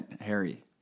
Harry